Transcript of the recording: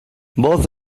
both